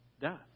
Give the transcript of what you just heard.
death